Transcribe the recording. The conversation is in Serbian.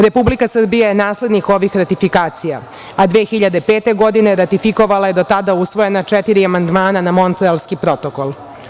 Republika Srbija je naslednik ovih ratifikacija, a 2005. godine ratifikovala je do tada usvojena četiri amandmana na Montrealski protokol.